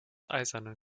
eisernen